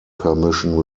permission